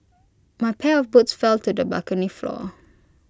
my pair of boots fell to the balcony floor